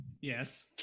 Yes